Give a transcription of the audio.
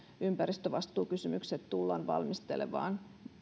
ympäristövastuukysymykset tullaan valmistelemaan